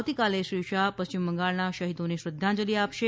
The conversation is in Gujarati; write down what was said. આવતીકાલે શ્રી શાહ પશ્ચિમ બંગાળના શહીદોને શ્રદ્ધાંજલિઆપશે